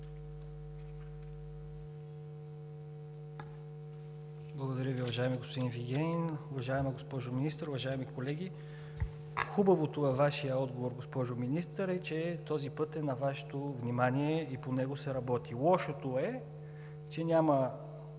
Благодаря ви, уважаеми господин Вигенин. Уважаема госпожо Министър, уважаеми колеги! Хубавото във Вашия отговор, госпожо Министър, е, че този път е на Вашето внимание и по него се работи. Лошото е, че няма